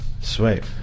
Sweet